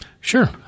Sure